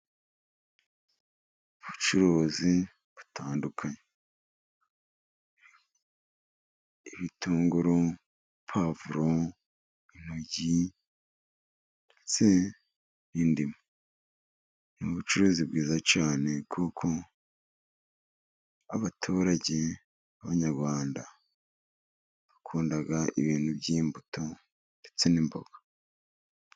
Ubucuruzi butandukanye. Ibitunguru, puwavuro, intoryi ndetse n'indimu. Ni ubucuruzi bwiza cyane, kuko abaturage b'abanyarwanda bakunda ibintu by'imbuto ndetse n'imboga.